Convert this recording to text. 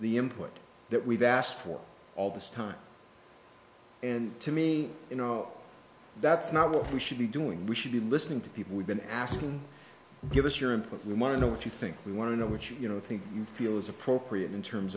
the input that we've asked for all this time and to me you know that's not what we should be doing we should be listening to people we've been asking give us your input we want to know if you think we want to know what you know think you feel is appropriate in terms